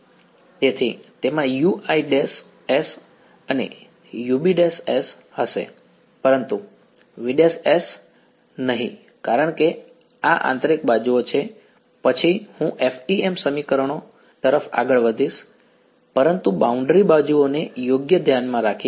તેથી તેમાં uis અને ubs હશે પરંતુ vs નહીં કારણ કે આ આંતરિક બાજુઓ છે પછી હું FEM સમીકરણો તરફ આગળ વધીશ પરંતુ બાઉન્ડ્રી બાજુઓને યોગ્ય ધ્યાનમાં રાખીને